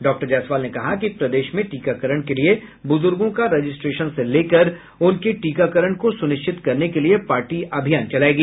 doctor Jaiswal ने कहा कि प्रदेश में टीकाकरण के लिए बुज़ुर्गों का रजिस्ट्रेशन से लेकर उनके टीकाकरण को सुनिश्चित करने के लिए पार्टी अभियान चलायेगी